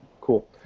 cool